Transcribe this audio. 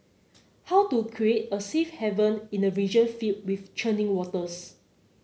how to create a safe haven in a region filled with churning waters